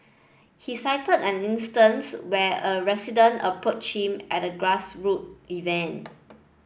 he cited an instance where a resident approached him at a grass root event